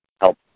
help